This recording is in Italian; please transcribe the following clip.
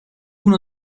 uno